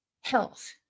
Health